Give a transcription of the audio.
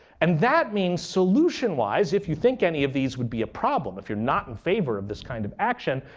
and that means solution wise, if you think any of these would be a problem, if you're not in favor of this kind of action,